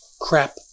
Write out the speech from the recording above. Crap